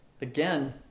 again